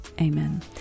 Amen